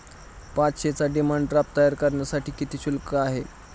पाचशेचा demand draft तयार करण्यासाठी किती शुल्क आहे?